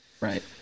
Right